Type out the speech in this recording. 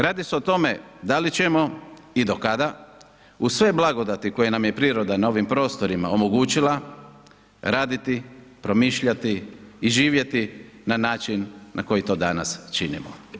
Radi se o tome da li ćemo i do kada uz sve blagodati koje nam je priroda na ovim prostorima omogućila, raditi, promišljati i živjeti na način na koji to danas činimo.